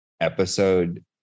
episode